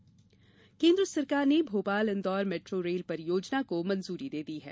metro rail केन्द्र सरकार ने भोपाल इन्दौर मेट्रो रेल परियोजना को मंजूरी दे दी है